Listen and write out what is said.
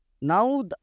Now